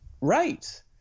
right